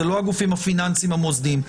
זה לא הגופים הפיננסיים המוסדיים.